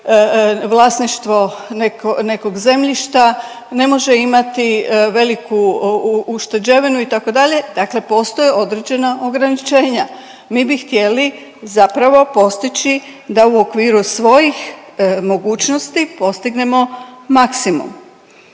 vlasništvo nekog zemljišta, ne može imati veliku ušteđevinu itd., dakle postoje određena ograničenja. Mi bi htjeli zapravo postići da u okviru svojih mogućnosti postignemo maksimum.